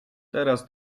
teraz